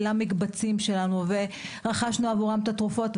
למקבצים ורכשנו עבורם את תרופות.